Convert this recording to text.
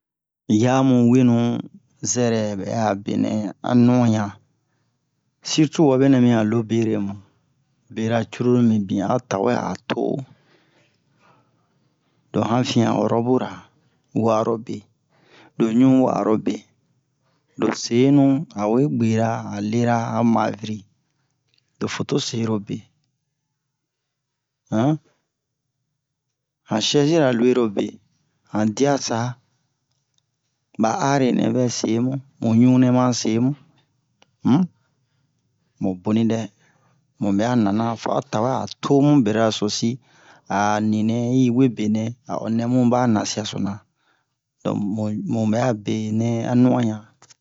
yamu wenu zɛrɛ ɓɛ'a benɛ a nu'onɲan sirtu wabe nɛ mi han lobere mu bera curulu mibin a o tawe a too lo hanfiyan hɔrɔbu wa'arobe lo ɲun wa'arobe lo senu awe ɓwera a lera ho maviri lo foto serobe shɛzira luwerobe han diya sa ɓa are nɛ vɛ se mu mu ɲan nɛ ma se mu um mu boni muɓɛ a nana fa o tawe a tomu berasosi a ninɛ yi wee benɛ a o nɛ bun ɓa nasiyaso-na donk mu-muɓɛ benɛ a nu'onɲan